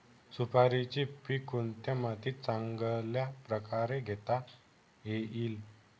सुपारीचे पीक कोणत्या मातीत चांगल्या प्रकारे घेता येईल?